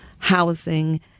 Housing